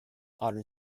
modern